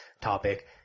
topic